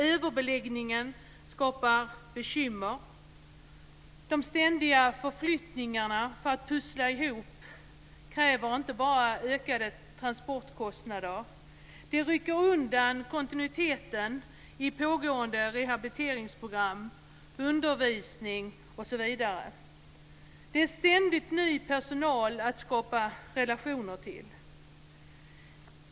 Överbeläggningen skapar bekymmer. De ständiga förflyttningarna för att få pusslet att gå ihop kräver inte bara ökade transportkostnader, de rycker undan kontinuiteten i pågående rehabiliteringsprogram, undervisning osv. Det är ständigt ny personal att skapa relationer till.